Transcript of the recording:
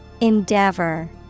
Endeavor